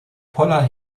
poller